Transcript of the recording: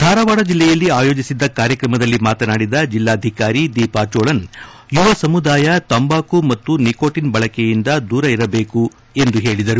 ಧಾರವಾಡ ಜೆಲ್ಲೆಯಲ್ಲಿ ಆಯೋಜಿಸಿದ್ದ ಕಾರ್ಯತ್ರಮದಲ್ಲಿ ಮಾತಾಡಿದ ಜೆಲ್ಲಾಧಿಕಾರಿ ದೀಪಾ ಚೋಳನ್ ಯುವ ಸಮುದಾಯ ತಂಬಾಕು ಮತ್ತು ನಿಕೋಟಿನ್ ಬಳಕೆಯಿಂದ ದೂರ ಇರಬೇಕು ಎಂದು ಹೇಳಿದರು